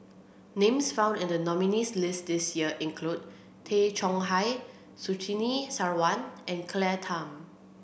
names found in the nominees' list this year include Tay Chong Hai Surtini Sarwan and Claire Tham